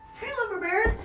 hey lumber baron.